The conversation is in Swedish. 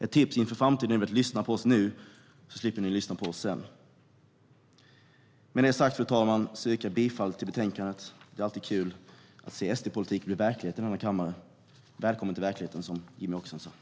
Ett tips inför framtiden är att lyssna på oss nu, så slipper ni lyssna på oss sedan. Med detta sagt, fru talman, yrkar jag bifall till förslaget i betänkandet. Det är alltid kul att se SD-politik bli verklighet här i kammaren. Som Jimmie Åkesson sa: Välkomna till verkligheten!